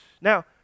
now